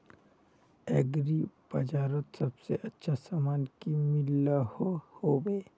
Agri बजारोत सबसे अच्छा सामान की मिलोहो होबे?